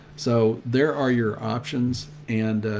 so there are your options. and,